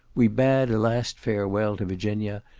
we bade a last farewell to virginia,